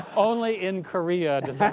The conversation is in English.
only in korea does